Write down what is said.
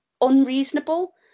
unreasonable